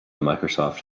microsoft